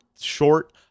short